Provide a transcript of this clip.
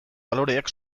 baloreak